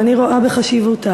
גם אני רואה בחשיבותה,